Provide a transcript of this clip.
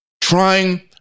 trying